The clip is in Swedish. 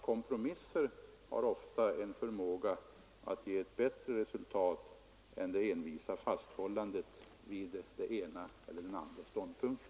Kompromisser ger ofta bättre resultat än det envisa fasthållandet vid den ena eller den andra ståndpunkten.